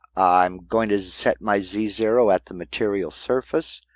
i'm going to set my z zero at the material surface.